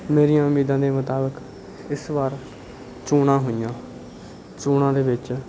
ਮੇਰੀਆਂ ਉਮੀਦਾਂ ਦੇ ਮੁਤਾਬਿਕ ਇਸ ਵਾਰ ਚੋਣਾਂ ਹੋਈਆਂ ਚੋਣਾਂ ਦੇ ਵਿੱਚ